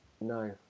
no